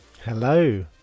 hello